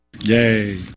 Yay